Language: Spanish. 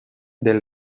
del